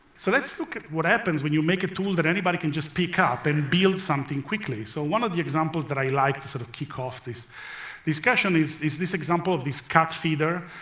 so let's look at what happens when you make a tool that anybody can just pick up and build something quickly, so one of the examples that i like to sort of kick off this discussion is is this example of this cat feeder.